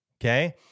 Okay